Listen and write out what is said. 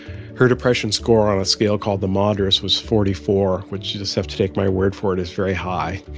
her depression score on a scale called the madrs was forty four, which you just have to take my word for it is very high,